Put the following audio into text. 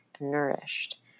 nourished